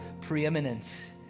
preeminence